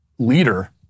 leader